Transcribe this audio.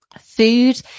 Food